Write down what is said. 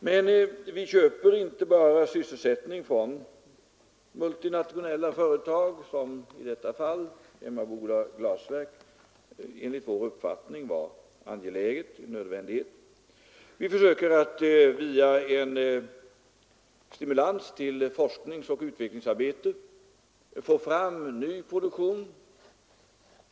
Men vi köper inte bara sysselsättning från multinationella företag som i fallet Emmaboda glasverk, där detta enligt vår uppfattning var angeläget och nödvändigt. Vi försöker att via stimulans till forskningsoch utvecklingsarbete få fram ny produktion.